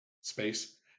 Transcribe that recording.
space